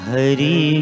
Hari